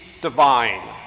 divine